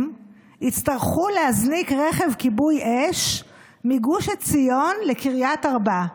יצטרכו להזניק רכב כיבוי אש מגוש עציון לקריית ארבע.